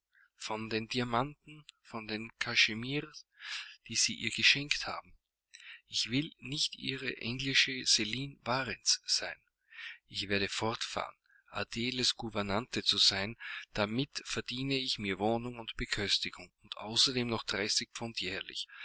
von den diamanten den cachemirs die sie ihr geschenkt haben ich will nicht ihre englische celine varens sein ich werde fortfahren adeles gouvernante zu sein damit verdiene ich mir wohnung und beköstigung und außerdem noch dreißig pfund jährlich